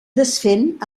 desfent